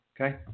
okay